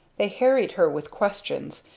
they harried her with questions,